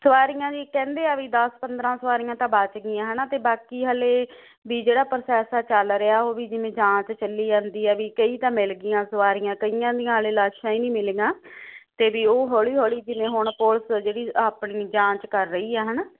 ਸਵਾਰੀਆਂ ਜੀ ਕਹਿੰਦੇ ਆ ਵੀ ਦਸ ਪੰਦਰਾਂ ਸਵਾਰੀਆਂ ਤਾਂ ਬਚ ਗਈਆਂ ਹਨਾ ਤੇ ਬਾਕੀ ਹਾਲੇ ਵੀ ਜਿਹੜਾ ਪ੍ਰੋਸੈਸ ਆ ਚੱਲ ਰਿਹਾ ਉਹ ਵੀ ਜਿਵੇਂ ਜਾਂਚ ਚੱਲੀ ਜਾਂਦੀ ਹ ਵੀ ਕਈ ਤਾਂ ਮਿਲ ਗਈਆਂ ਸਵਾਰੀਆਂ ਕਈਆਂ ਦੀਆਂ ਹਲੇ ਲਾਸ਼ਾਂ ਹੀ ਨਹੀਂ ਮਿਲੀਆਂ ਤੇ ਵੀ ਉਹ ਹੌਲੀ ਹੌਲੀ ਜਿਵੇਂ ਹੁਣ ਪੁਲਿਸ ਜਿਹੜੀ ਆਪਣੀ ਜਾਂਚ ਕਰ ਰਹੀ ਆ ਹਨਾ